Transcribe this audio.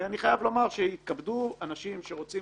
אני חייב לומר שיתכבדו אנשים שרוצים